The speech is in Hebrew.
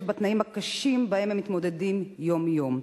בתנאים הקשים שבהם הם מתמודדים יום-יום.